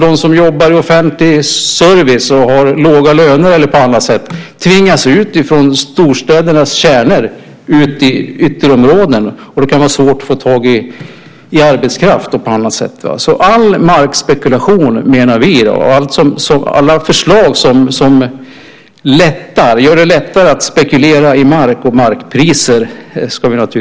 De som jobbar i offentlig service och har låga löner tvingas ut från storstädernas kärnor till ytterområdena. Det kan vara svårt att få tag i arbetskraft. Vi menar att vi naturligtvis ska undvika alla förslag som gör det lättare att spekulera i mark och markpriser.